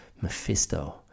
Mephisto